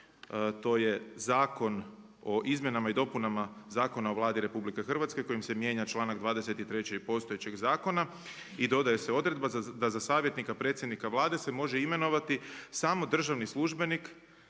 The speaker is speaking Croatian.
to je Zakon o izmjenama i dopuna zakona o Vladi RH kojim se mijenja članak 23. postojećeg zakona i dodaje se odredba da za savjetnika predsjednika Vlade se može imenovati samo državni službenik